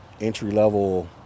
entry-level